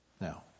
Now